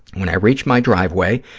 when i reached my driveway,